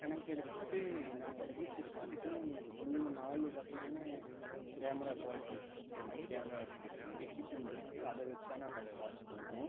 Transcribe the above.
கணக்கெடுத்துவிட்டு நாங்கள் குறிச்சு வச்சுப்போம் அதுக்கென்னு மூணு நாலு வகையான கேமரா குவாலிட்டி இருக்குது கேமராஸ் இருக்குது எக்யூப்மெண்ட் இருக்குது அதை வைச்சு தான் நாங்கள் அதை வாட்ச் பண்ணுவோம்